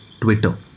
Twitter